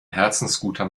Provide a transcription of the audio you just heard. herzensguter